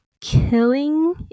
killing